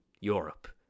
Europe